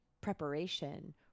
preparation